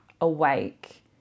awake